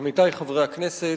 עמיתי חברי הכנסת,